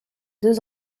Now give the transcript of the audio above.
deux